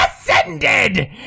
ascended